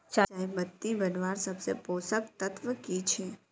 चयपत्ति बढ़वार सबसे पोषक तत्व की छे?